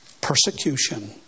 persecution